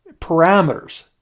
parameters